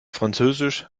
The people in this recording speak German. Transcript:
französisch